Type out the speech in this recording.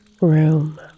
room